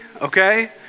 okay